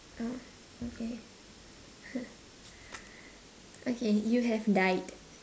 oh okay okay you have died